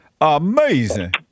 Amazing